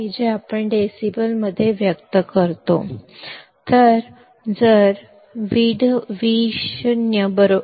ಇದು ನಾವು ಡೆಸಿಬೆಲ್ಗಳಲ್ಲಿ ವ್ಯಕ್ತಪಡಿಸುವ ಮೌಲ್ಯವಾಗಿದೆ